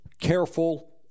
careful